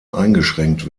eingeschränkt